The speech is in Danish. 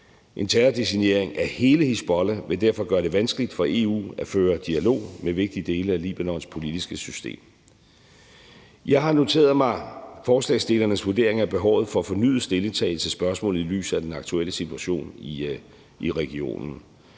En terrordesignering af hele Hizbollah vil derfor gøre det vanskeligt for EU at føre dialog med vigtige dele af Libanons politiske system. Jeg noterer mig forslagsstillernes vurdering af behovet for fornyet stillingtagen til spørgsmål set i lyset af den aktuelle politiske situation i regionen,